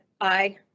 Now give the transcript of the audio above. aye